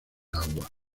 agua